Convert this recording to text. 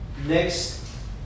next